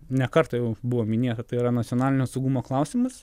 ne kartą jau buvo minėta tai yra nacionalinio saugumo klausimas